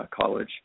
college